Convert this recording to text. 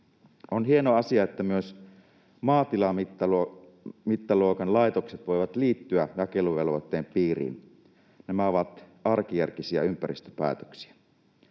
On hieno asia, että myös maatilamittaluokan laitokset voivat liittyä jakeluvelvoitteen piiriin. Nämä ovat arkijärkisiä ympäristöpäätöksiä.